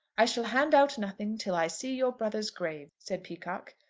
i shall hand out nothing till i see your brother's grave, said peacocke.